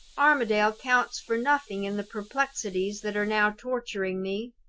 armadale counts for nothing in the perplexities that are now torturing me.